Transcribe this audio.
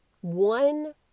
One